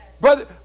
Brother